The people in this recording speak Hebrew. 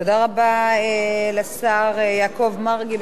תודה רבה לשר יעקב מרגי,